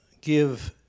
give